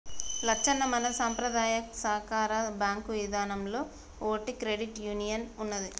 లచ్చన్న మన సంపద్రాయ సాకార బాంకు ఇదానంలో ఓటి క్రెడిట్ యూనియన్ ఉన్నదీ